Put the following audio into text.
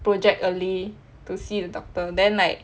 project early to see the doctor then like